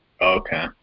Okay